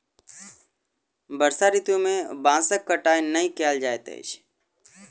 वर्षा ऋतू में बांसक कटाई नै कयल जाइत अछि